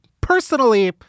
personally